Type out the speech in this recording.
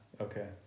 Okay